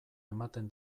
ematen